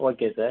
okay sir